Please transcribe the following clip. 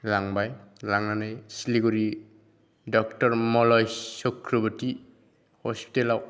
लांबाय लांनानै सिलिगुरि ड'क्टर मलयस चक्रवर्ती हस्पिटालाव